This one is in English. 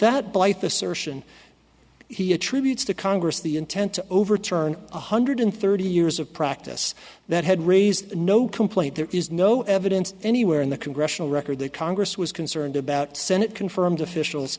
assertion he attributes to congress the intent to overturn one hundred thirty years of practice that had raised no complaint there is no evidence anywhere in the congressional record that congress was concerned about senate confirmed officials